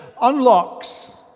unlocks